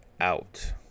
out